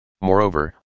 Moreover